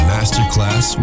Masterclass